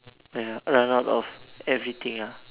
ya run out of everything ah